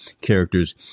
characters